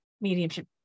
mediumship